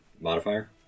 modifier